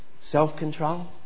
self-control